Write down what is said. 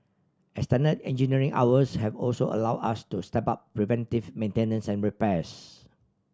extended engineering hours have also allowed us to step up preventive maintenance and repairs